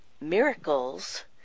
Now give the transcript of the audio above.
miracles